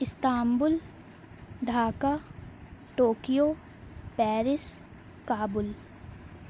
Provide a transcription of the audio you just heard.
Istanbul Dhaka Tokyo Paris Kabul